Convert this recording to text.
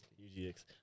UGX